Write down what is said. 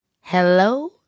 Hello